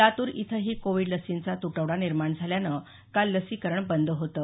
लातूर इथंही कोविड लसींचा तुटवडा निर्माण झाल्यानं काल लसीकरण बंद होतं